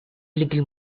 little